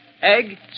egg